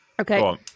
Okay